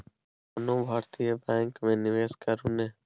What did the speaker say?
कोनो भारतीय बैंक मे निवेश करू ने